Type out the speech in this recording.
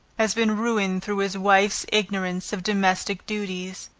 has been ruined through his wife's ignorance of domestic duties,